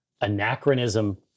anachronism